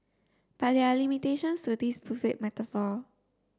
but there are limitations to this buffet metaphor